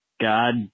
God